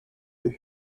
deux